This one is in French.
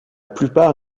plupart